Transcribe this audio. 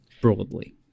Broadly